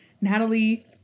Natalie